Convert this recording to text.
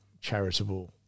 charitable